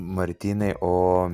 martynai o